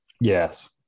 Yes